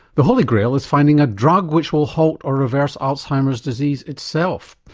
the holy grail is finding a drug which will halt or reverse alzheimer's disease itself.